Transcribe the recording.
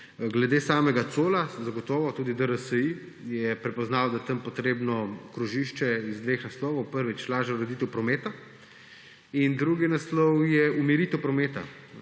Glede samega Cola zagotovo tudi DRSI je prepoznal, da je tam potrebno krožišče iz dveh naslovov. Prvič, lažja ureditev prometa in drugi naslov je umiritev prometa.